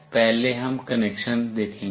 पहले हम कनेक्शन देखेंगे